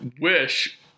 wish